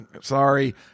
sorry